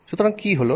সুতরাং কি হলো